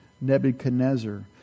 Nebuchadnezzar